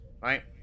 right